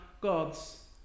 God's